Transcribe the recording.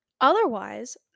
Otherwise